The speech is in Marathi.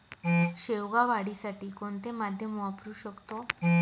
शेवगा वाढीसाठी कोणते माध्यम वापरु शकतो?